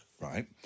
right